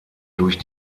durch